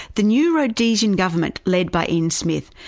the new rhodesian government, led by ian smith,